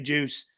Juice